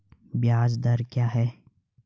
ब्याज दर क्या है?